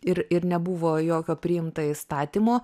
ir ir nebuvo jokio priimta įstatymo